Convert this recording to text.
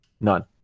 none